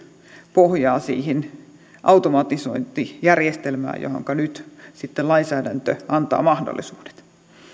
pohjaa siihen automatisointijärjestelmään johonka nyt sitten lainsäädäntö antaa mahdollisuudet